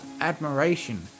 admiration